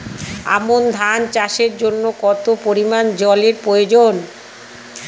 আমন ধান চাষের জন্য কত পরিমান জল এর প্রয়োজন?